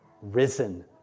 risen